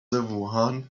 ووهان